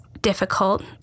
difficult